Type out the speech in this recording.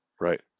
Right